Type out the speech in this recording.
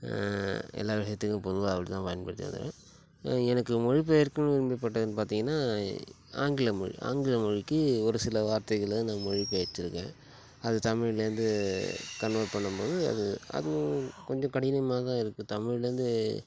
எல்லா விஷயத்துக்கும் பொதுவாக அப்படிதா பயன்படுத்தி வந்தேன் அ எனக்கு மொழிபெயர்கனு விரும்பப்பட்டதுனு பார்த்திங்கன்னா ஆங்கில மொழி ஆங்கில மொழிக்கு ஒரு சில வார்த்தைகளை நான் மொழி பெயர்த்திருக்கேன் அது தமிழ்லேருந்து கன்வெர்ட் பண்ணும் போது அது அது கொஞ்சம் கடினம் மாரிதான் இருக்குது தமிழ்லேருந்து